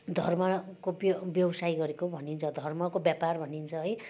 धर्मको व्यो व्यवसाय गरेको भनिन्छ धर्मको व्यापार भनिन्छ है